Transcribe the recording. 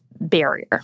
barrier